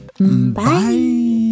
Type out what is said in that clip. Bye